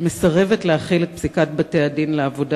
מסרבת להחיל את פסיקת בתי-הדין לעבודה